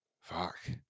Fuck